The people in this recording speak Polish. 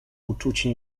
uczucie